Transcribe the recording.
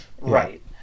Right